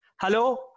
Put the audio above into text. Hello